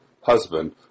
husband